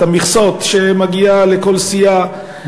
את המכסות שמגיעות לכל סיעה,